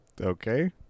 Okay